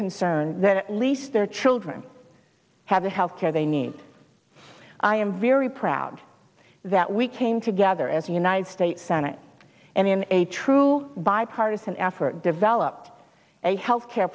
concerned that at least their children have the health care they need i am very proud that we came together as a united states senate and in a true bipartisan effort developed a health care